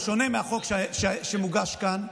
הוא שונה מהחוק שמוגש כאן.